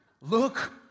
Look